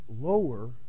lower